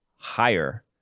higher